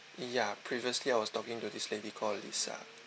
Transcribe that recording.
ya previously I was talking to this lady called lisa